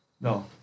No